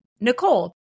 Nicole